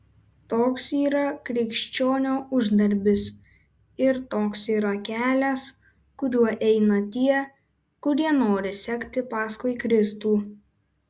toks yra krikščionio uždarbis ir toks yra kelias kuriuo eina tie kurie nori sekti paskui kristų